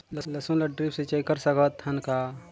लसुन ल ड्रिप सिंचाई कर सकत हन का?